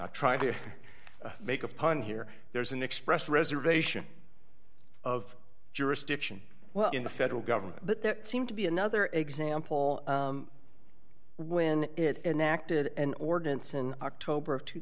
not trying to make a pun here there's an express reservation of jurisdiction well in the federal government but there seemed to be another example when it enacted an ordinance in october of two